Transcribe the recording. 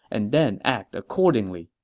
and then act accordingly?